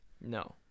No